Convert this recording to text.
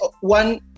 one